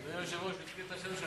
אדוני היושב-ראש, הוא הזכיר את השם שלי